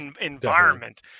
environment